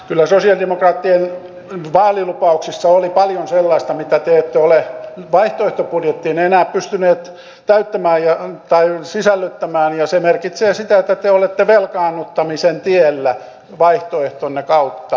kyllä sosialidemokraattien vaalilupauksissa oli paljon sellaista mitä te ette ole vaihtoehtobudjettiinne enää pystyneet sisällyttämään ja se merkitsee sitä että te olette velkaannuttamisen tiellä vaihtoehtonne kautta